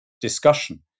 discussion